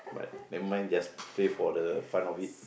but never mind just play for the fun of it